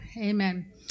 amen